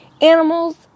Animals